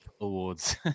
awards